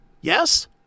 Yes